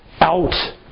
out